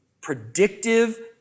predictive